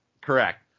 correct